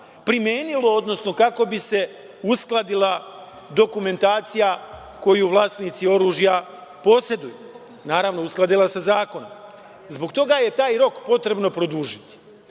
primenilo, odnosno kako bi se uskladila dokumentacija koju vlasnici oružja poseduju, naravno, uskladila sa zakonom. Zbog toga je taj rok potrebno produžiti. Moje